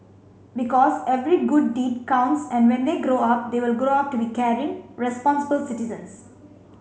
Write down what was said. because every good deed counts and when they grow up they will grow up to be caring responsible citizens